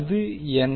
அது என்ன